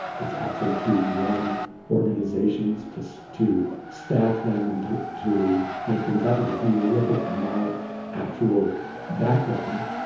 it's actually to run organizations, to so to staff them, and to make things happen. if you look at my actual background,